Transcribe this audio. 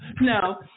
No